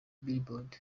billboard